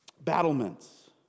battlements